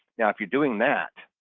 now if you're doing that,